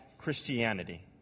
Christianity